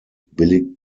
billigt